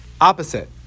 Opposite